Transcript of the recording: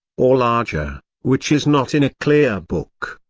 or larger, which is not in a clear book.